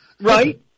Right